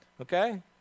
Okay